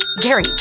Gary